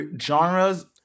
genres